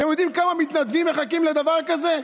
אתם יודעים כמה מתנדבים מחכים לדבר כזה?